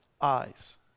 eyes